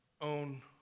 own